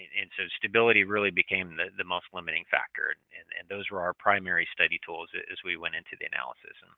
and and so stability really became the the most limiting factor. and and those were our primary study tools as we went into the analysis. and